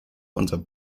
unser